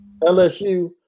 LSU